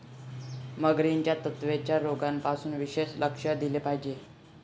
मगरींच्या त्वचेच्या रोगांवर विशेष लक्ष दिले पाहिजे